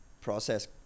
process